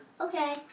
Okay